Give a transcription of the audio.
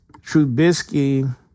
Trubisky